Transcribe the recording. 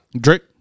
Drake